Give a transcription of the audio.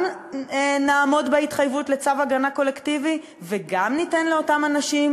גם נעמוד בהתחייבות לצו הגנה קולקטיבי וגם ניתן לאותם אנשים